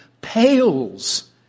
pales